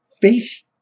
faith